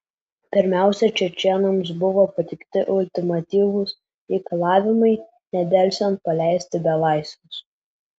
pirmiausia čečėnams buvo pateikti ultimatyvūs reikalavimai nedelsiant paleisti belaisvius